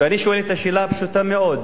ואני שואל את השאלה הפשוטה מאוד,